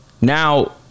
Now